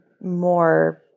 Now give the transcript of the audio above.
more